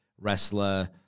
wrestler